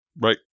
Right